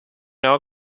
now